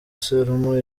serumu